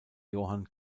johann